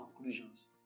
conclusions